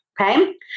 okay